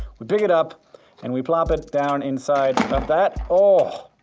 we pick it up and we plop it down inside of that ooh!